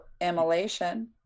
emulation